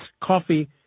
coffee